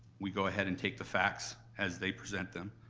we go ahead and take the facts as they present them,